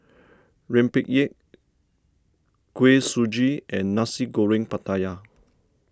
Rempeyek Kuih Suji and Nasi Goreng Pattaya